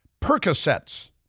Percocets